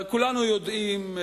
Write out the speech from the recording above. כולנו יודעים,